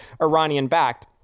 Iranian-backed